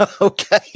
Okay